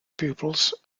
pupils